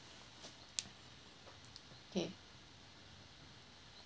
okay